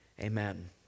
amen